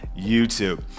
YouTube